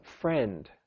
friend